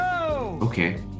okay